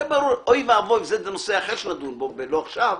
הרי ברור וזה נושא אחר שנדון בו לא עכשיו,